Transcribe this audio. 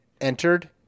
entered